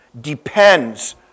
depends